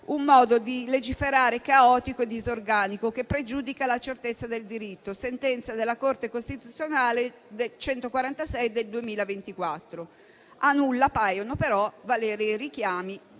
«un modo di legiferare caotico e disorganico che pregiudica la certezza del diritto»: sentenza della Corte costituzionale n. 146 del 2024. A nulla paiono però valere i richiami